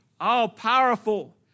all-powerful